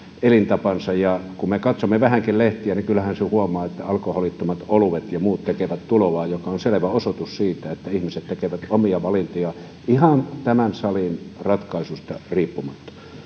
elintapansa kun me vähänkin katsomme lehtiä niin kyllähän sen huomaa että alkoholittomat oluet ja muut tekevät tuloaan mikä on selvä osoitus siitä että ihmiset tekevät omia valintoja ihan tämän salin ratkaisuista riippumatta